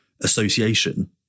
association